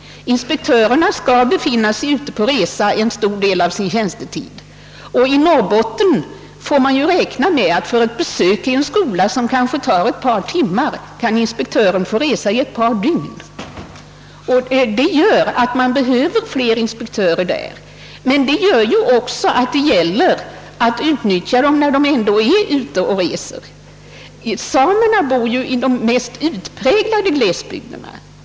Inspektörerna skall befinna sig ute på resa en stor del av sin tjänstetid, och i Norrbotten får man räkna med att inspektören kan få resa i ett par dygn för att göra ett besök som kanske tar ett par timmar. Detta gör att man behöver fler inspektörer. Men just därför gäller det också att utnyttja dem när de ändå är ute och reser. Samerna bor ju i de mest utpräglade glesbygderna.